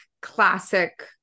classic